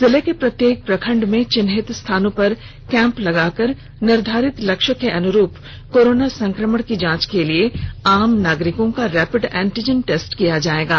जिले के प्रत्येक प्रखण्डों में चिन्हत स्थानों पर कैम्प लगाकर निर्धारित लक्ष्यों के अनुरूप कोरोना संक्रमण की जांच के लिए आम नागरिको का रैपिड एंटीजन टेस्ट किया जाएगां